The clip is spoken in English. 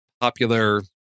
popular